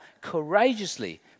courageously